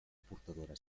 portadora